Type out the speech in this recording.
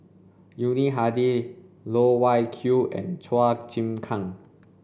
Yuni Hadi Loh Wai Kiew and Chua Chim Kang